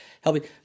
helping